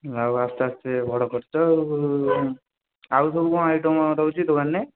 ଆଉ ଆସ୍ତେ ଆସ୍ତେ ବଡ଼ କରିଛ ଆଉ ଆଉ ସବୁ କ'ଣ ଆଇଟମ୍ ରହୁଛି ଦୋକାନରେ